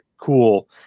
cool